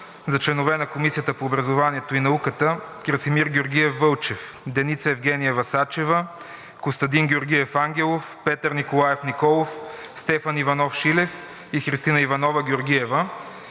за членове на Комисията по образованието и науката Красимир Георгиев Вълчев, Деница Евгениева Сачева, Костадин Георгиев Ангелов, Петър Николаев Николов, Стефан Иванов Шилев и Христина Иванова Георгиева,